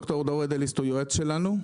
ד"ר דור אדליסט הוא יועץ שלנו.